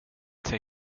inga